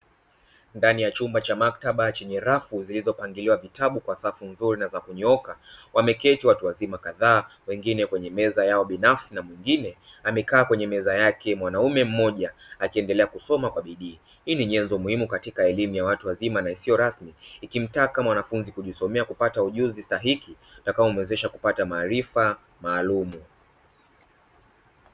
Ndani ya chumba cha maktaba chenye rafu zilizopangiliwa vitabu kwa safu vizuri na za kunyooka, wameketi watu wazima kadhaa wengine kwenye meza yao binafsi na mwingine amekaa kwenye meza yake (mwanaume mmoja) akiendelea kusoma kwa bidii. Hii ni nyenzo muhimu katika elimu ya watu wazima na isiyo rasmi, ikimtaka mwanafunzi kujisomea kupata ujuzi stahiki utakao mwezesha kupata maarifa maalumu.